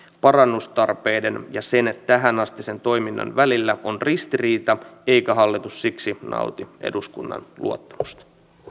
parannustarpeiden ja sen tähänastisen toiminnan välillä on ristiriita eikä hallitus siksi nauti eduskunnan luottamusta